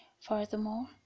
Furthermore